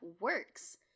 works